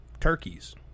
turkeys